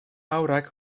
haurrak